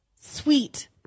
sweet